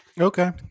Okay